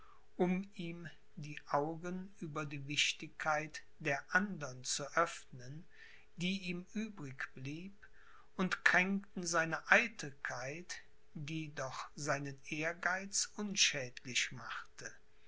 um ihm die augen über die wichtigkeit der andern zu öffnen die ihm übrig blieb und kränkten seine eitelkeit die doch seinen ehrgeiz unschädlich machte